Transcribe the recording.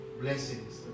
blessings